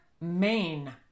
Maine